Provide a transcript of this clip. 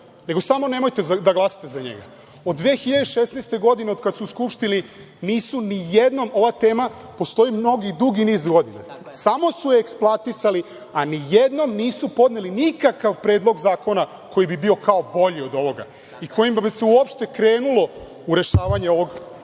nego samo - nemojte da glasate za njega. Od 2016. godine, od kada su u Skupštini, nisu nijednom… Ova tema postoji mnogi dugi niz godina. Samo su je eksploatisali, a nijednom nisu podneli nikakav predlog zakona koji bi bio kao bolji od ovoga i kojim bi se uopšte krenulo u rešavanje ovog